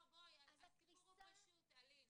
אלין,